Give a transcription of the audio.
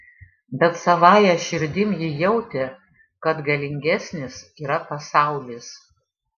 bet savąja širdim ji jautė kad galingesnis yra pasaulis